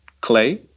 clay